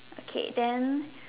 okay than